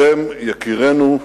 אתם, יקירינו,